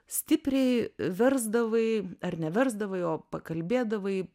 stipriai versdavai ar neversdavo o pakalbėdavai